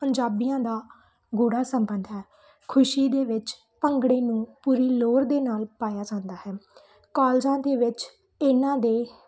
ਪੰਜਾਬੀਆਂ ਦਾ ਗੂੜਾ ਸੰਬੰਧ ਹੈ ਖੁਸ਼ੀ ਦੇ ਵਿੱਚ ਭੰਗੜੇ ਨੂੰ ਪੂਰੀ ਲੋਰ ਦੇ ਨਾਲ ਪਾਇਆ ਜਾਂਦਾ ਹੈ ਕਾਲਜਾਂ ਦੇ ਵਿੱਚ ਇਹਨਾਂ ਦੇ